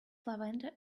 lavender